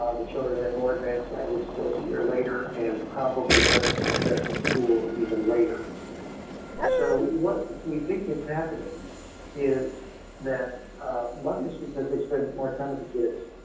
ah the children had more advanced language skills a year later and probably better success in school even later so what we think is happening is that mothers, because they spend more time with the kids,